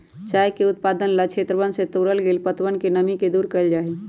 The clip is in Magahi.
चाय के उत्पादन ला क्षेत्रवन से तोड़ल गैल पत्तवन से नमी के दूर कइल जाहई